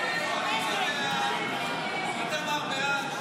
סעיף 23, כהצעת הוועדה,